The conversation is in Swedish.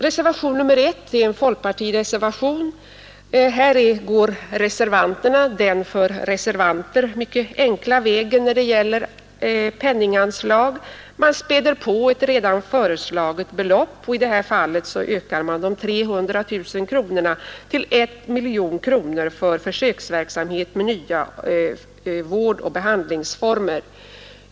Reservationen 1 är en folkpartireservation. Här går reservanterna den för reservanter när det gäller penninganslag mycket enkla vägen att späda på ett föreslaget belopp. I det här fallet föreslår man 1 miljon kronor i stället för 300 000 kronor till försöksverksamhet med nya vårdoch behandlingsformer.